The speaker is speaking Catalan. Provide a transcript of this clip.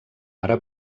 ara